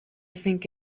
think